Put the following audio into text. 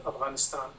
Afghanistan